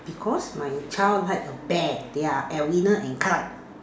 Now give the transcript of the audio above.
because my child like a bear they're at winner and clyde